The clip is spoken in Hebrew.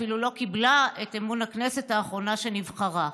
שאפילו לא קיבלה את אמון הכנסת האחרונה שנבחרה.